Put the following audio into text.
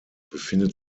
befindet